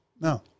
No